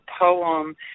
poem